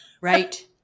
Right